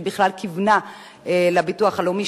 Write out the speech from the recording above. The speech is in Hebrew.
היא בכלל כיוונה לביטוח הלאומי,